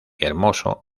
hermoso